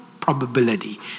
Probability